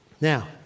Now